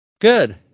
Good